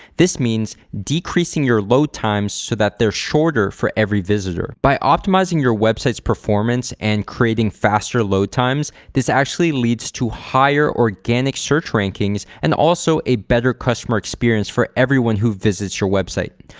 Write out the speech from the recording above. this means decreasing your load times so that they're shorter for every visitor. by optimizing your website's performance and creating faster load times, this actually leads to higher organic search rankings and also a better customer experience for everyone who visits your website.